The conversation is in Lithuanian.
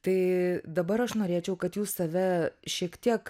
tai dabar aš norėčiau kad jūs save šiek tiek